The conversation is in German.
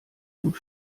gut